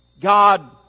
God